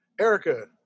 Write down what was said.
Erica